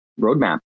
roadmap